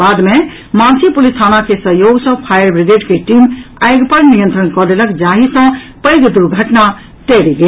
बाद मे मानसी पुलिस थाना के सहयोग सँ फायरब्रिगेड के टीम आगि पर नियंत्रण कऽ लेलक जाहि सँ पैघ दुर्घटना टरि गेल